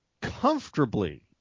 comfortably